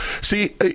See